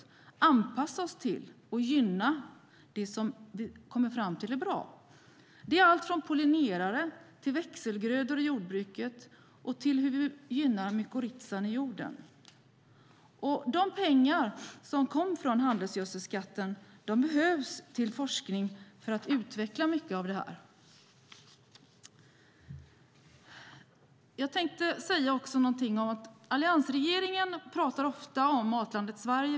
Vi behöver anpassa oss till och gynna det som vi kommer fram till är bra. Det gäller allt från pollinerare och växelgrödor i jordbruket till hur vi gynnar mykorrhizan i jorden. De pengar som kom från handelsgödselskatten behövs till forskning för att utveckla mycket av det här. Jag tänkte också säga någonting om att alliansregeringen ofta pratar om Matlandet Sverige.